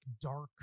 dark